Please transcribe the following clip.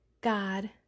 God